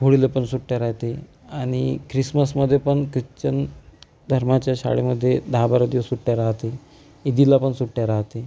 होळीला पण सुट्ट्या राहते आणि ख्रिसमसमध्ये पण ख्रिश्चन धर्माच्या शाळेमध्ये दहा बारा दिवस सुट्ट्या राहते ईदला पण सुट्ट्या राहते